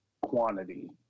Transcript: quantity